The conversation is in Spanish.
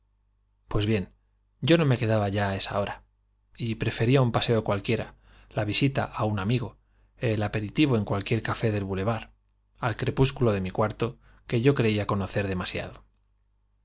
pues bien yo no me á esa quedaba ya hora y prefería un paseo cualquiera la visita á amigo el un aperitivo en cualquier café del boulevard al crepúsculo de mi cuarto que yo creía conocer demasiado